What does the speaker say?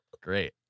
Great